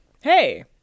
Hey